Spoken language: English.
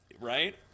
right